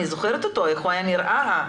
אני זוכרת איך הוא היה נראה.